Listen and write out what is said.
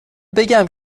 بگم